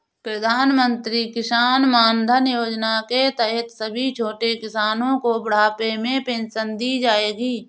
प्रधानमंत्री किसान मानधन योजना के तहत सभी छोटे किसानो को बुढ़ापे में पेंशन दी जाएगी